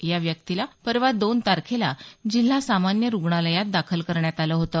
या व्यक्तीला परवा दोन तारखेला जिल्हा सामान्य रुग्णालयात दाखल करण्यात आलं होतं